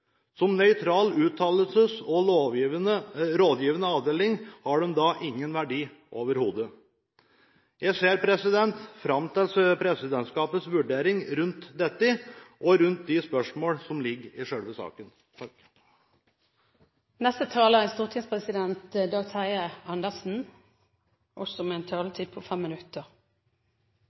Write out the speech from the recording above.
Som nøytral avdeling i uttalelser og rådgivning, har den da overhodet ingen verdi. Jeg ser fram til presidentskapets vurdering av dette og av de spørsmål som ligger i selve saken. Presidentskapet vil understreke at det er